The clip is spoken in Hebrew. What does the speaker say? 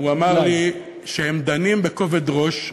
ואז הוא אמר לי שהם דנים בכובד ראש,